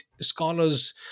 scholars